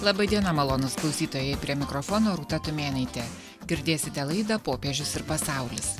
laba diena malonūs klausytojai prie mikrofono rūta tumėnaitė girdėsite laida popiežius ir pasaulis